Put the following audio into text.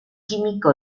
química